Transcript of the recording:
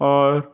اور